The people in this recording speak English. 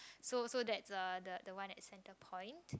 so so that's a the the one at Centerpoint